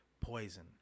Poison